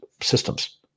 Systems